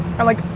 and, like,